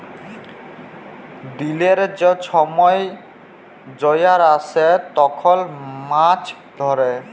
দিলের যে ছময় জয়ার আসে তখল মাছ ধ্যরে